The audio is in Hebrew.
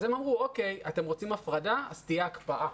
הם אמרו, בדר, אתם רוצים הפרדה, תהיה הקפאה.